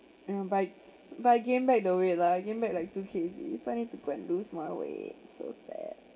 yeah but I but I gain back the weight lah I gain back like two K_G so I need to go and lose more weight so fat